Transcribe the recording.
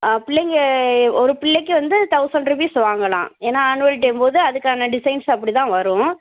பிள்ளைங்கள் எ ஒரு பிள்ளைக்கு வந்து தௌசண்ட் ருப்பீஸ் வாங்கலாம் ஏன்னா ஆன்வல்டேங்கும்போது அதுக்கான டிசைன்ஸ் அப்படிதான் வரும்